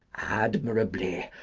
admirably!